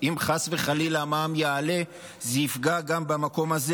אם, חס וחלילה, המע"מ יעלה, זה יפגע גם במקום הזה.